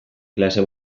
klase